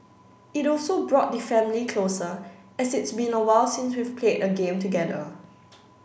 it also brought the family closer as it's been awhile since we've played a game together